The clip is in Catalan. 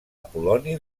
apol·loni